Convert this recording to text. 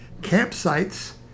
campsites